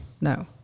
No